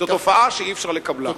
זאת תופעה שאי-אפשר לקבלה.